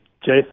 Jason